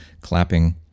clapping